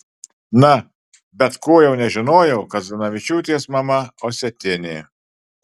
na bet ko jau nežinojau kad zdanavičiūtės mama osetinė